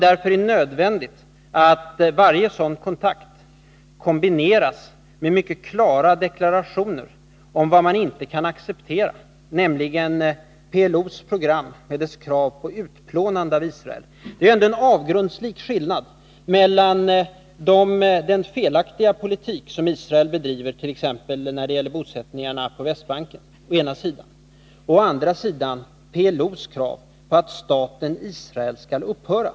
Därför är det nödvändigt att varje sådan kontakt kombineras med mycket klara deklarationer om vad vi inte kan acceptera, nämligen PLO:s program med dess krav på utplånande av Israel. Det är ändå en avgrundslik skillnad mellan å ena sidan den felaktiga politik som Israel bedriver t.ex. när det gäller bosättningarna på Västbanken och å andra sidan PLO:s krav att staten Israel skall upphöra.